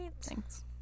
Thanks